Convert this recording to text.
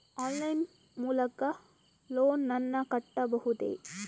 Online line ಮೂಲಕ loan ನನ್ನ ಕಟ್ಟಬಹುದೇ?